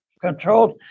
controlled